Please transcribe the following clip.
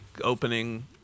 opening